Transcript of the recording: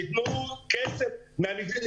שייקחו כסף גם מהמגזר הציבורי,